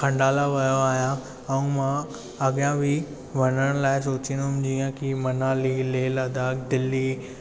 खंडाला वियो आहियां ऐं मां अॻियां बि वञण लाइ सोचीदुमि जीअं कि मनाली लेह लदाख़ दिल्ली